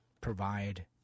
provide